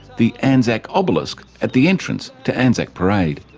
the anzac obelisk at the entrance to anzac parade.